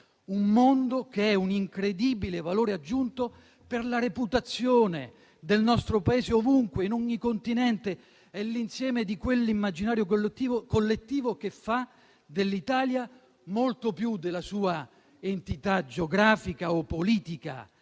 un mondo che rappresenta un incredibile valore aggiunto per la reputazione del nostro Paese, ovunque, in ogni continente. È l'insieme di quell'immaginario collettivo che fa del nostro Paese molto più della sua entità geografica o politica.